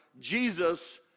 Jesus